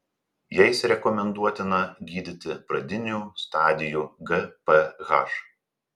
jais rekomenduotina gydyti pradinių stadijų gph